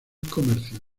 comercio